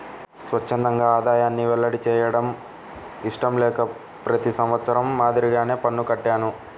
స్వఛ్చందంగా ఆదాయాన్ని వెల్లడి చేయడం ఇష్టం లేక ప్రతి సంవత్సరం మాదిరిగానే పన్ను కట్టాను